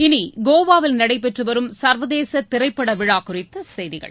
இனி கோவாவில் நடைபெற்று வரும் சர்வதேச திரைப்பட விழா குறித்த செய்திகள்